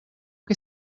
que